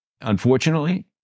Unfortunately